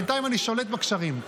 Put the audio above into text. בינתיים אני שולט בקשרים.